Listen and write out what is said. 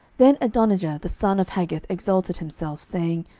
then adonijah the son of haggith exalted himself, saying,